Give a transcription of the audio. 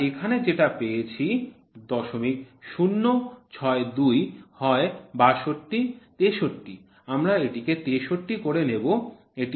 আর এখানে যেটা পেয়েছি ০০৬২ হয় ৬২ ৬৩ আমরা এটিকে ৬৩ করে নেব